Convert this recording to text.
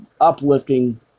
Uplifting